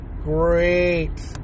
great